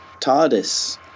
TARDIS